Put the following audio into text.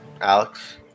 Alex